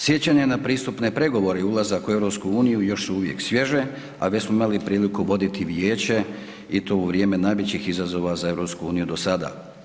Sjećanje na pristupne pregovore i ulazak u EU još su uvijek svježe, a već smo imali priliku voditi vijeće i to u vrijeme najvećih izazova za EU dosada.